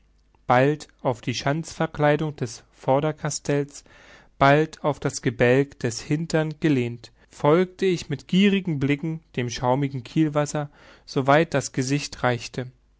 bald auf die schanzverkleidung des vordercastells bald auf das gebälk des hintern gelehnt folgte ich mit gierigen blicken dem schaumigen kielwasser soweit das gesicht reichte